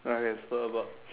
okay let's talk about